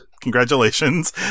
congratulations